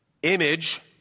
Image